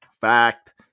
Fact